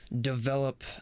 develop